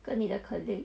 跟你的 colleague